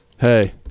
Hey